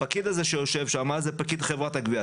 הפקיד הזה שיושב שם הוא פקיד חברת הגבייה.